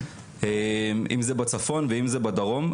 אם זה בצפון ואם זה בדרום.